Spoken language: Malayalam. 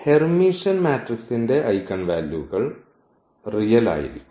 ഹെർമിഷ്യൻ മാട്രിക്സിന്റെ ഐഗൻ വാല്യൂകൾ റിയൽ ആയിരിക്കും